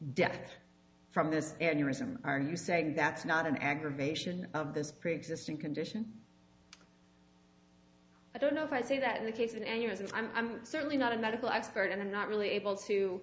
death from this are you saying that's not an aggravation of this preexisting condition i don't know if i say that in the case and yours and i'm certainly not a medical expert and i'm not really able to